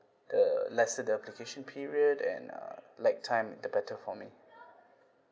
the lesser the application period and uh like time the better for me